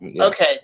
Okay